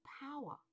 power